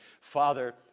Father